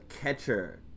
catcher